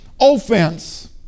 offense